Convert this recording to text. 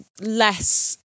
less